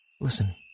listen